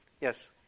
Yes